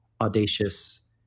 audacious